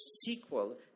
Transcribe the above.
sequel